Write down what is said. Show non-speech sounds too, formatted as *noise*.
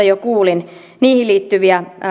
*unintelligible* jo kuulin niihin liittyviä